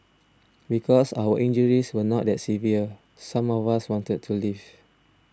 because our injuries were not that severe some of us wanted to leave